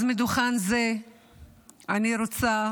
אז מדוכן זה אני רוצה